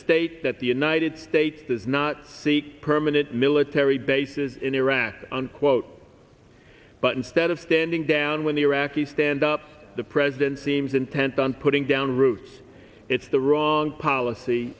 state that the united states does not seek permanent military bases in iraq unquote but instead of standing down when the iraqis stand up the president seems intent on putting down roots it's the wrong policy